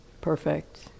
Perfect